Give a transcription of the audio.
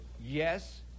yes